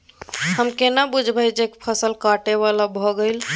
हम केना बुझब जे फसल काटय बला भ गेल?